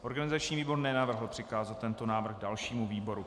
Organizační výbor nenavrhl přikázat tento návrh dalšímu výboru.